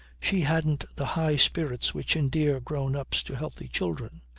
she hadn't the high spirits which endear grown-ups to healthy children,